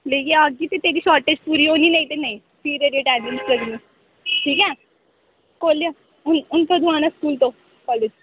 लेइयै आह्गी ते तेरी शॉर्टेज पूरी होनी नेईं ते नेईं फ्ही तेरी अटेंडेंस नी लग्गनी ठीक ऐ खोह्लेआं हून कदूं आना स्कूल तो कालेज